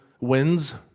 wins